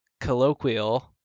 colloquial